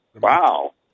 Wow